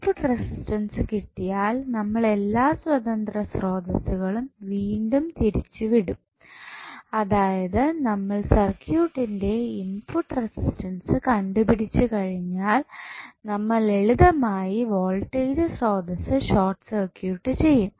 input resistance കിട്ടിയാൽ നമ്മൾ എല്ലാ സ്വതന്ത്ര സ്രോതസ്സുകളും വീണ്ടും തിരിച്ച് ഇടും അതായത് നമ്മൾ സർക്യൂട്ട്ൻറെ ഇൻപുട്ട് റസിസ്റ്റൻസ് കണ്ടുപിടിച്ചു കഴിഞ്ഞാൽ നമ്മൾ ലളിതമായി വോൾടേജ് സ്രോതസ്സ് ഷോർട്ട് സർക്യൂട്ട് ചെയ്യും